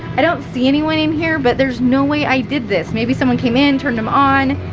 i don't see anyone in here, but there's no way i did this. maybe someone came in, turned them on,